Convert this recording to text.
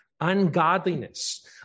ungodliness